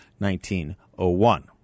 1901